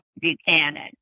Buchanan